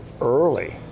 early